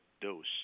dose